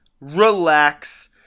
relax